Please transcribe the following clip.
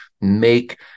Make